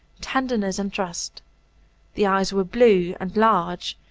tenderness, and trust the eyes were blue and large,